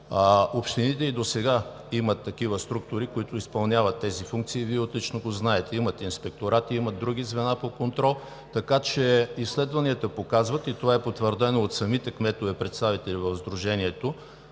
общините и досега имат такива структури, които изпълняват тези функции, и Вие отлично го знаете. Имат инспекторати, имат други звена по контрол, така че изследванията показват – и това е потвърдено от самите кметове, представители в Сдружението,